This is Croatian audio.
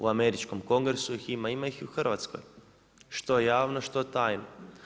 U američkom Kongresu ih ima, ima ih i u Hrvatskoj što javno, što tajno.